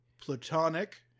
platonic